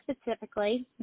specifically